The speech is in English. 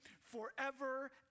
forever